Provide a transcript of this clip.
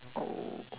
oh